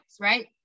right